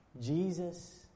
Jesus